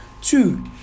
Two